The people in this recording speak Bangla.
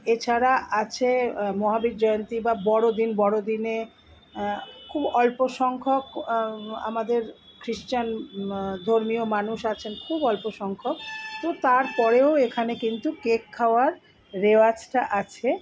এছাড়া আছে মহাবীর জয়ন্তী বা বড়দিন বড়দিনে খুব অল্প সংখ্যক আমাদের ক্রিশ্চান ধর্মীয় মানুষ আছেন খুব অল্প সংখ্যক তো তারপরেও এখানে কিন্তু কেক খাওয়ার রেওয়াজটা আছে